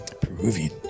Peruvian